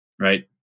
right